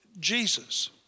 Jesus